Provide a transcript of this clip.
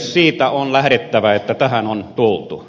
siitä on lähdettävä että tähän on tultu